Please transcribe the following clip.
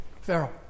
Pharaoh